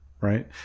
right